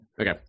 Okay